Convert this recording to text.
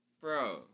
Bro